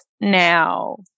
Now